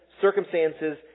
circumstances